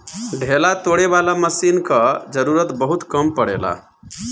ढेला तोड़े वाला मशीन कअ जरूरत बहुत कम पड़ेला